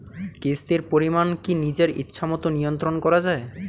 কিস্তির পরিমাণ কি নিজের ইচ্ছামত নিয়ন্ত্রণ করা যায়?